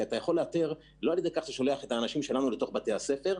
אתה יכול לאתר לא על ידי כך שאתה שולח אנשים לתוך בתי הספר,